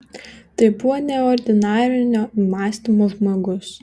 tai buvo neordinarinio mąstymo žmogus